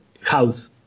House